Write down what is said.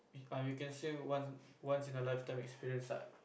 err you can say one once in a lifetime experience ah